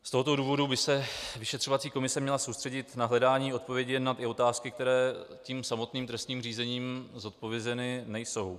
Z tohoto důvodu by se vyšetřovací komise měla soustředit na hledání odpovědi na ty otázky, které samotným trestním řízením odpovězeny nejsou.